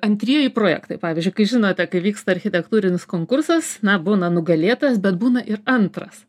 antrieji projektai pavyzdžiui kai žinote kai vyksta architektūrinis konkursas na būna nugalėtojas bet būna ir antras